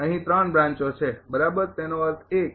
અહીં બ્રાંચો છે બરાબર તેનો અર્થ એ કે